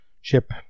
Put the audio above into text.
ship